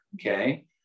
okay